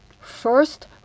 First